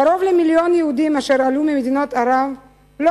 קרוב למיליון יהודים אשר עלו ממדינות ערב לא